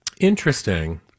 Interesting